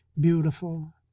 beautiful